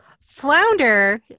flounder